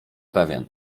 pewien